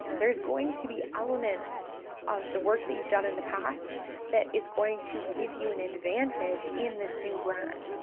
there's going to be elements of the work that you've done in the past that is going to give you an advantage in this new brand.